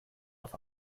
auf